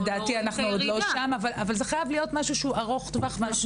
שלדעתי אנחנו עוד לא שם אבל זה חייב להיות משהו שהוא ארוך טווח ואנחנו